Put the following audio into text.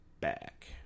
back